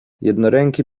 jednoręki